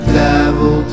devil